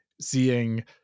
seeing